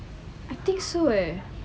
I think so leh